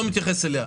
אני לא מתייחס אליה.